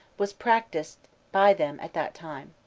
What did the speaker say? was practised by them at that time.